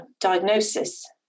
diagnosis